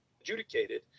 adjudicated